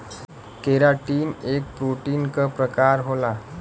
keratin एक protein क प्रकार होला